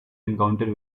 encounters